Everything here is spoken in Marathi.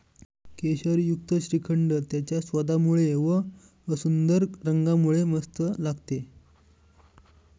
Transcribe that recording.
केशरयुक्त श्रीखंड त्याच्या स्वादामुळे व व सुंदर रंगामुळे मस्त लागते